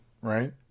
right